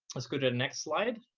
let's go to the next slide.